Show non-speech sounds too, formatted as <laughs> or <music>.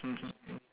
<laughs>